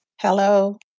Hello